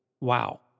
Wow